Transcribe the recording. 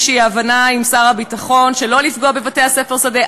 הבנה עם שר הביטחון שלא לפגוע בבתי-ספר שדה,